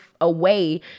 away